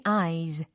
eyes